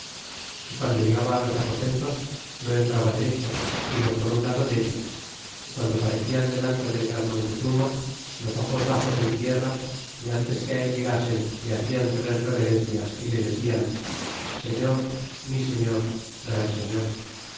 y guando llegaba os aposentos no entraba derecho sino por un lado dellos y guando parecian delante del gran montezuma los ojos baxos en tierra y ntes que él llegasen le hacian tres reverencias y le decian señor mi señor gran señor